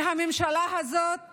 מהממשלה הזאת